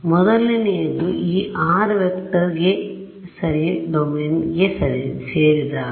ಮೊದಲನೆಯದು ಈ R vector ಸರಿ ಡೊಮೇನ್ಗೆ ಸೇರಿದಾಗ